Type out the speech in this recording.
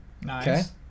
Nice